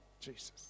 Jesus